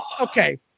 Okay